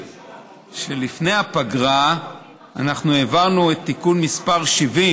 שלפני הפגרה אנחנו העברנו את תיקון מס' 70,